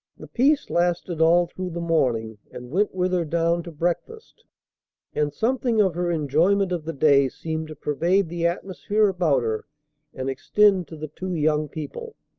the peace lasted all through the morning, and went with her down to breakfast and something of her enjoyment of the day seemed to pervade the atmosphere about her and extend to the two young people.